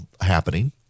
happening